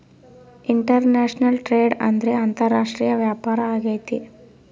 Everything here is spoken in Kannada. ಇಂಟರ್ನ್ಯಾಷನಲ್ ಟ್ರೇಡ್ ಅಂದ್ರೆ ಅಂತಾರಾಷ್ಟ್ರೀಯ ವ್ಯಾಪಾರ ಆಗೈತೆ